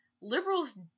liberals